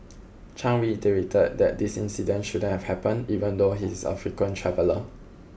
Chang reiterated that this incident shouldn't have happened even though he is a frequent traveller